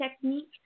technique